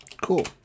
Cool